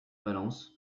valence